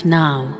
now